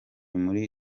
muri